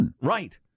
right